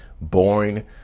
boring